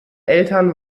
eltern